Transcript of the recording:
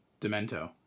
Demento